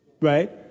right